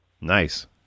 Nice